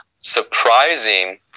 surprising